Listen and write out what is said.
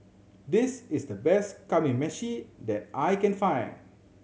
this is the best Kamameshi that I can find